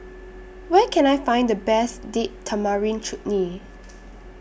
Where Can I Find The Best Date Tamarind Chutney